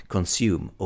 Consume